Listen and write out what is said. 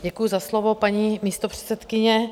Děkuju za slovo, paní místopředsedkyně.